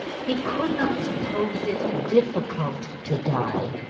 he could not suppose it difficult to die.